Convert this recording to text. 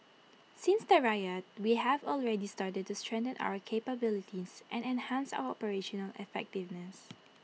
since the riot we have already started to strengthen our capabilities and enhance our operational effectiveness